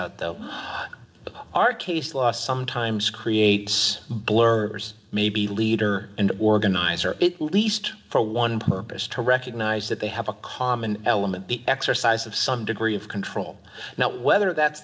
out though our case law sometimes creates blur maybe leader and organizer it least for one purpose to recognize that they have a common element the exercise of some degree of control now whether that's